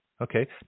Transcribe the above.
Okay